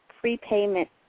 prepayment